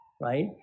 right